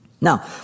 Now